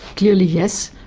clearly yes.